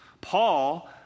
Paul